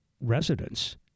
residents